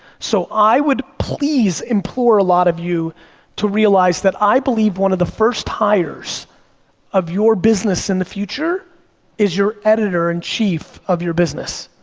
so, i would, please, implore a lot of you to realize that i believe one of the first hires of your business in the future is your editor in chief of your business.